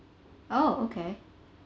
oh okay